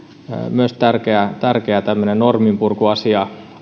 myös toteutui perussuomalaisten tärkeä tämmöinen norminpurkuasia